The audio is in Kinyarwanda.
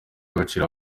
agaciro